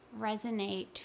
resonate